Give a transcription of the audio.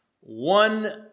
one